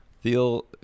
feel